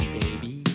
baby